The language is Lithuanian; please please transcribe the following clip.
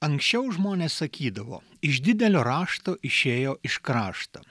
anksčiau žmonės sakydavo iš didelio rašto išėjo iš krašto